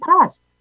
past